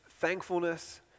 thankfulness